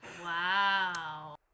Wow